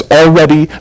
already